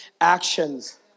actions